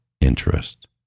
interest